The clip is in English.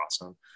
awesome